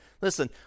Listen